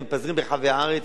הם מתפזרים ברחבי הארץ,